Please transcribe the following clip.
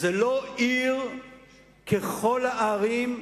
זאת לא עיר ככל הערים,